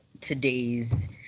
today's